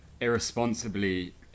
irresponsibly